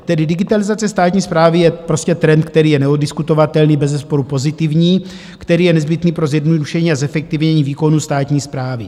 Tedy digitalizace státní správy je prostě trend, který je neoddiskutovatelný, bezesporu pozitivní, který je nezbytný pro zjednodušení a zefektivnění výkonů státní správy.